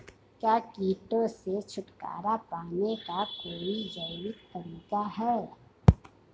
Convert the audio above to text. क्या कीटों से छुटकारा पाने का कोई जैविक तरीका है?